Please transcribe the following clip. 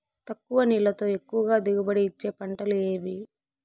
తక్కువ నీళ్లతో ఎక్కువగా దిగుబడి ఇచ్చే పంటలు ఏవి?